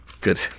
Good